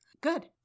Good